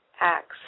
Acts